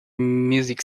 music